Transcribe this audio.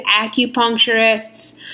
acupuncturists